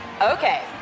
Okay